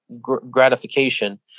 gratification